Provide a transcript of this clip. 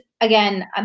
again